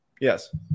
Yes